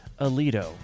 alito